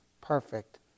perfect